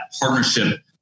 partnership